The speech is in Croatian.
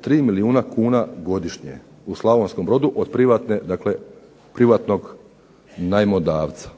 tri milijuna godišnje u Slavonskom Brodu prihvatnog najmodavca.